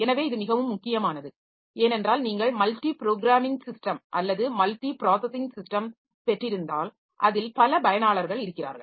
எனவே இது மிகவும் முக்கியமானது ஏனென்றால் நீங்கள் மல்டி ப்ராேகிராமிங் சிஸ்டம் அல்லது மல்டி பிராஸஸிங் சிஸ்டம் பெற்றிருந்தால் அதில் பல பயனாளர்கள் இருக்கிறார்கள்